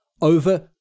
over